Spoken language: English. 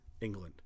England